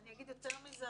אני אגיד יותר מזה,